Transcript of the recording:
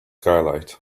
skylight